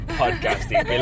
podcasting